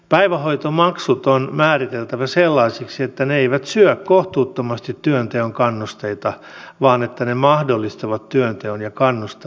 päivähoitomaksut on määriteltävä sellaisiksi että ne eivät syö kohtuuttomasti työnteon kannusteita vaan että ne mahdollistavat työnteon ja kannustavat siihen